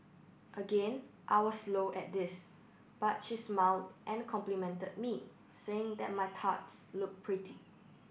again I was slow at this but she smiled and complimented me saying that my tarts looked pretty